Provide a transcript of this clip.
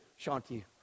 Shanti